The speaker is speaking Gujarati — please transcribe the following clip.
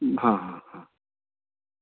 હા